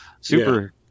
super